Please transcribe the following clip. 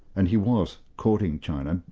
and he was courting china,